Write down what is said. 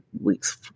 weeks